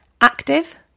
active